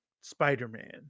spider-man